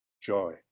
joy